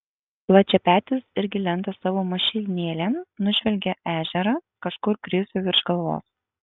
plačiapetis irgi lenda savo mašinėlėn nužvelgia ežerą kažkur krisiui virš galvos